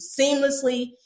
seamlessly